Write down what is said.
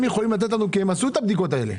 יכולים לתת לנו כי הם עשו את הבדיקות האלה.